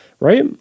right